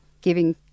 giving